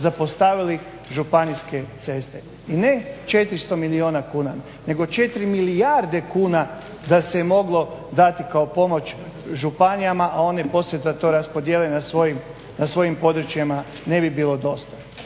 zapostavili županijske ceste. I ne 400 milijuna kuna, nego 4 milijarde kuna da se moglo dati kao pomoć županijama, a one poslije da to raspodijele na svojim područjima ne bi bilo dosta.